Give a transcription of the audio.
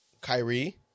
Kyrie